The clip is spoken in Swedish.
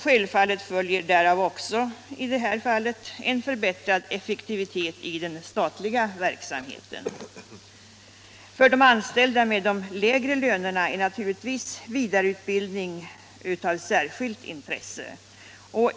Självfallet följer också i det här fallet en förbättrad effektivitet i den statliga verksamheten. För de anställda med de lägre lönerna är naturligtvis vidareutbildning av särskilt intresse.